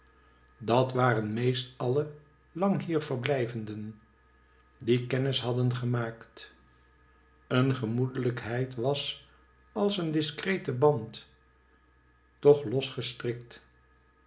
dat waren meest alle lang hier verblijvenden die kennis hadden gemaakt een gemoedehjkheid was als een discrete band toch los gestrikt